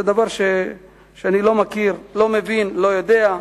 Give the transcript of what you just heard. זה דבר שאני לא מכיר, לא מבין, לא יודע.